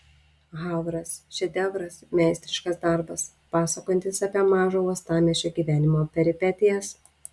havras šedevras meistriškas darbas pasakojantis apie mažo uostamiesčio gyvenimo peripetijas